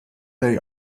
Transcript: they